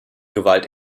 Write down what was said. gewalt